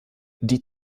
die